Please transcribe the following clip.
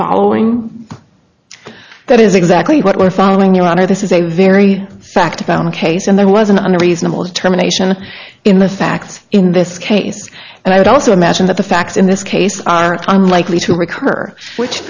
following that is exactly what we're following your honor this is a very fact about a case and there was an unreasonable terminations in the facts in this case and i would also imagine that the facts in this case are unlikely to recur which